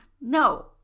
No